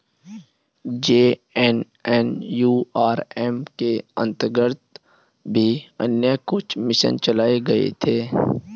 JNNURM के अंतर्गत भी अन्य कुछ मिशन चलाए गए थे